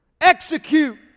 Execute